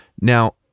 now